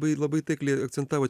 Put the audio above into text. labai labai taikliai akcentavot